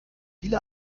viele